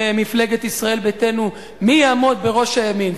מפלגת ישראל ביתנו מי יעמוד בראש הימין.